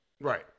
right